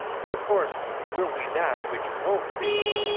but, of course, will be that which won't be